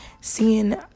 seeing